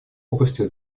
области